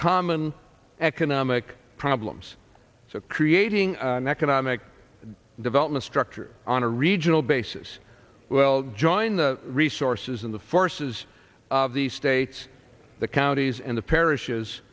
common economic problems so creating an economic development structure on a regional basis well join the resources in the forces of the states the counties and the parishes